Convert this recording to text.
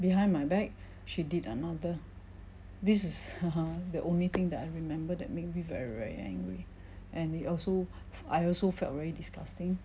behind my back she did another this is the only thing that I remember that make me very very angry and it also I also felt very disgusting